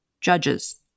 judges